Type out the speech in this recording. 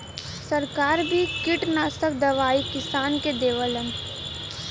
सरकार भी किटनासक दवाई किसान के देवलन